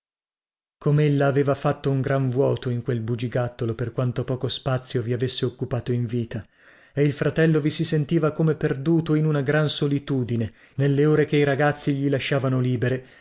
comella aveva fatto un gran vuoto in quel bugigattolo per quanto poco spazio vi avesse occupato in vita e il fratello vi si sentiva come perduto in una gran solitudine in una gran desolazione nelle ore che i ragazzi gli lasciavano libere